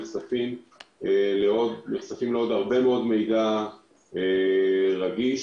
הם נחשפים לעוד הרבה מידע רגיש,